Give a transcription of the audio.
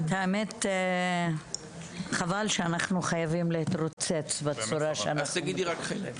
האמת היא שחבל שאנחנו חייבים להתרוצץ בצורה הזאת היום.